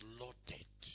loaded